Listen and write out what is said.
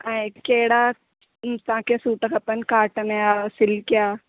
ऐं कहिड़ा तव्हांखे सूट खपनि काटन या सिल्क जा